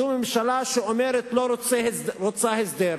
זו ממשלה שאומרת: לא רוצה הסדר.